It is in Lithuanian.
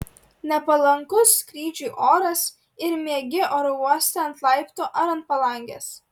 nepalankus skrydžiui oras ir miegi oro uoste ant laiptų ar ant palangės